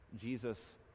jesus